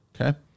Okay